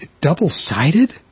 Double-sided